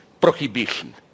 prohibition